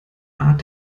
art